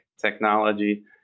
technology